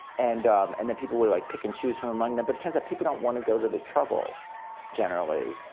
and um and then people would like pick and choose from among them. but it turns out people don't want to go to the trouble generally,